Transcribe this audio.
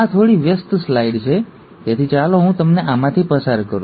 આ થોડી વ્યસ્ત સ્લાઇડ છે તેથી ચાલો હું તમને આમાંથી પસાર કરું